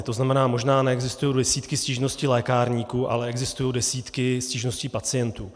To znamená, možná neexistují desítky stížností lékárníků, ale existují desítky stížností pacientů.